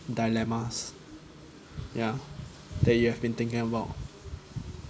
dilemmas ya that you have been thinking about